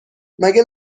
مگه